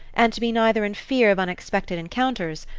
and to be neither in fear of unexpected encounters,